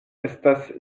estas